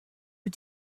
wyt